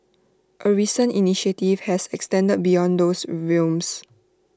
A recent initiative has extended beyond those realms